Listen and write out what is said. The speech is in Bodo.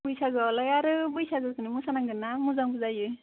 बैसागुवावलाय आरो बैसागुखौनो मोसा नांगोनना मोजांबो जायो